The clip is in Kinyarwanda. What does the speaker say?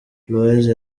loise